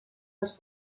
els